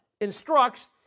instructs